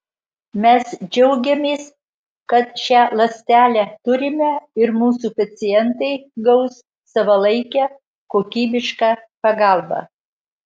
mes džiaugiamės kad šią ląstelę turime ir mūsų pacientai gaus savalaikę kokybišką pagalbą